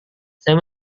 saya